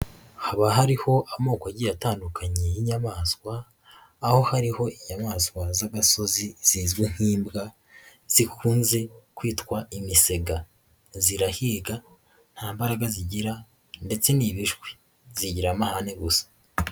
Haba hariho amoko agiye atandukanye y'inyamaswa aho hariho inyamaswa z'agasozi zizwi nk'imbwa zikunze kwitwa imisega, zirahiga, nta mbaraga zigira ndetse n'ibishwi zigira amahane gusa.